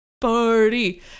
party